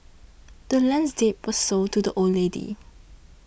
the land's deed was sold to the old lady